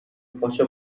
پاچه